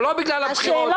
או לא בגלל הבחירות,